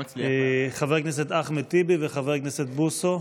חבר הכנסת אחמד טיבי וחבר הכנסת בוסו.